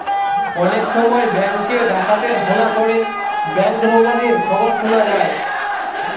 অনেক সময় বেঙ্ক এ ডাকাতের হানা পড়ে ব্যাঙ্ক রোবারির খবর শুনা যায়